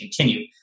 continue